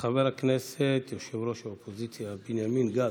חבר הכנסת יושב-ראש האופוזיציה בנימין גנץ,